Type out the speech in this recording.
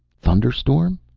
thunderstorm?